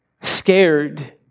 scared